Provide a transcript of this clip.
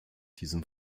diesem